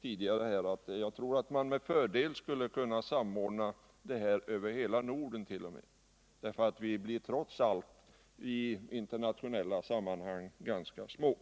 tidigare — att man med fördel skulle kunna samordna denna marknadsföring t.o.m. över hela Norden, där vi trots allt i internationella sammanhang är ganska små.